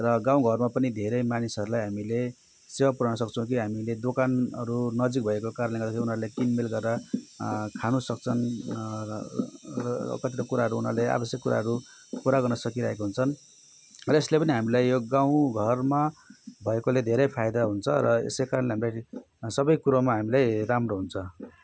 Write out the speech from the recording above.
र गाउँ घरमा पनि धेरै मानिसहरूलाई हामीले सेवा पुर्याउन सक्छौँ कि हामीले दोकानहरू नजिक भएको कारणले गर्दाखेरि उनीहरूले किनमेल गरेर खान सक्छन् र कतिपय कुराहरू उनीहरूले आवश्यक कुराहरू पुरा गर्न सकिरहेको हुन्छन् र यसले पनि हामीलाई यो गाउँ घरमा भएकोले धेरै फाइदा हुन्छ र यसै कारणले हामीलाई सबै कुरोमा हामीलाई राम्रो हुन्छ